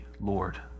Lord